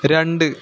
രണ്ട്